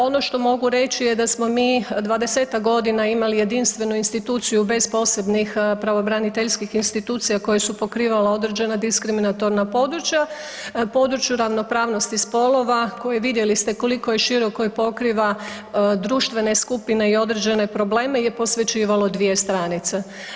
Ono što mogu reći je da smo mi 20-tak godina imali jedinstvenu instituciju bez posebnih pravobraniteljskih institucija koje su pokrivala određena diskriminatorna područja, području ravnopravnosti spolova koji, vidjeli ste koliko je široko i pokriva društvene skupine i određene probleme je posvećivalo dvije stranice.